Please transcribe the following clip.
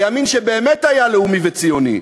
הימין שבאמת היה לאומי וציוני,